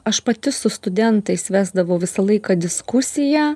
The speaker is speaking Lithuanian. aš pati su studentais vesdavau visą laiką diskusiją